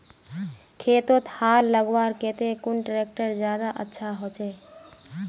खेतोत हाल लगवार केते कुन ट्रैक्टर ज्यादा अच्छा होचए?